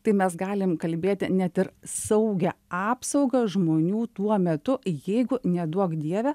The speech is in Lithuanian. tai mes galim kalbėti net ir saugią apsaugą žmonių tuo metu jeigu neduok dieve